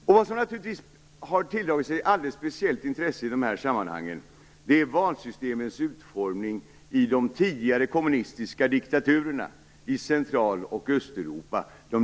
Något som naturligtvis har tilldragit sig alldeles speciellt intresse i de här sammanhangen är valsystemens utformning i de demokratier som har vunnits i de tidigare kommunistiska diktaturerna i Central och Östeuropa.